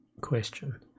question